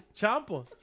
Champa